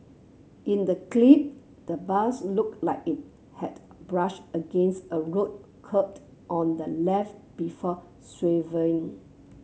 in the clip the bus looked like it had brushed against a road curb on the left before swerving